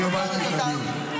אני הובלתי את הדיון.